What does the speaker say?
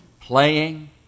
Playing